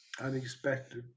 unexpected